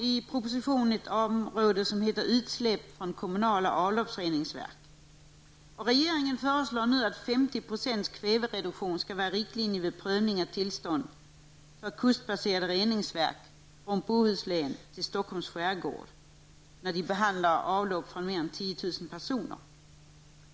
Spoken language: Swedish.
I propositionen berörs frågan om utsläpp från kommunala avloppsreningsverk. Regeringen föreslår att 50 procents kvävereduktion skall vara riktlinje vid prövning av tillstånd för kustbaserade reningsverk från Bohuslän till Stockholms skärgård som behandlar avlopp från mer än 10 000 personer.